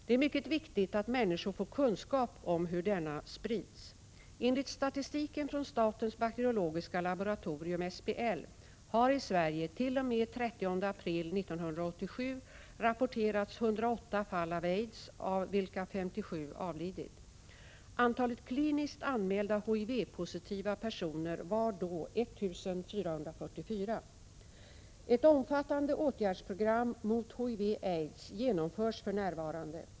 Det är mycket viktigt att människor får kunskap om hur denna sprids. Enligt statistiken från statens bakteriologiska laboratorium har i Sverige t.o.m. den 30 april 1987 rapporterats 108 fall av aids, av vilka 57 avlidit. Antalet kliniskt anmälda HIV-positiva personer var då 1 444. Ett omfattande åtgärdsprogram mot HIV/aids genomförs för närvarande.